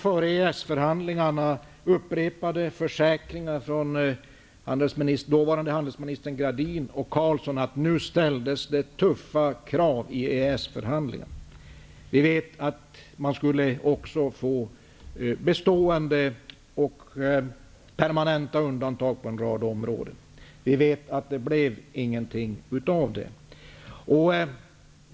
Före EES-förhandlingarna fick vi upprepade försäkringar från dåvarande handelsministern Anita Gradin och Ingvar Carlsson om att det nu ställdes tuffa krav i EES-förhandlingarna. Vi vet att man också skulle få permanenta undantag på en rad områden. Vi vet att det inte blev något av det.